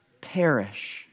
perish